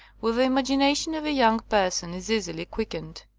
where the imagina tion of a young person is easily quickened.